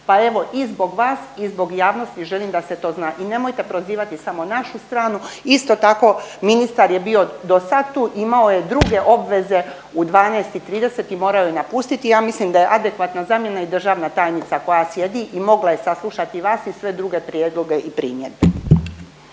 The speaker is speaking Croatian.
Pa evo, i zbog vas i zbog javnosti želim da se to zna. I nemojte prozivati samo našu stranu, isto tako ministar je bio do sad tu, imao je druge obveze u 12 i 30 mi morao je napustiti i ja mislim da je adekvatna zamjena i državna tajnica koja sjedi i mogla je saslušati vas i sve druge prijedloge i primjedbe.